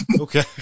Okay